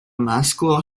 masklo